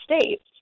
States